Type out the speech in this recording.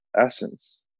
essence